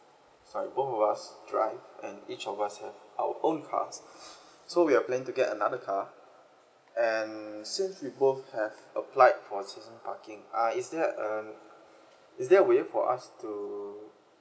sorry both of us drive and each of us have our own cars so we are planning to get another car and since we both have applied for season parking uh is there a is there a way for us to